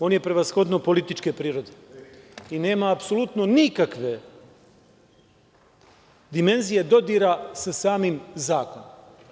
On je prevashodno političke prirode i nema apsolutno nikakve dimenzije dodira sa samim zakonom.